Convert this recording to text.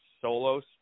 Solos